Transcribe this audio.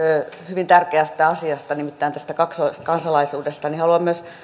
hyvin tärkeästä asiasta nimittäin kaksoiskansalaisuudesta niin haluan myös